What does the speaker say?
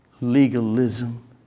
legalism